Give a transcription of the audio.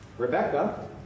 Rebecca